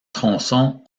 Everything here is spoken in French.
tronçons